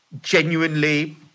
genuinely